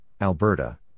Alberta